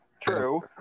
true